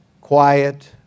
quiet